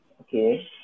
Okay